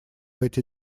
эти